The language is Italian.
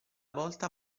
volta